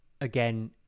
Again